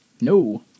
No